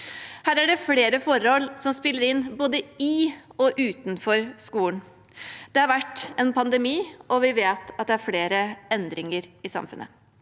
Det er flere forhold som spiller inn, både i og utenfor skolen. Det har vært en pandemi, og vi vet at det er flere endringer i samfunnet.